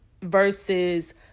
versus